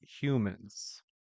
humans